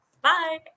Bye